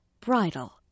Bridle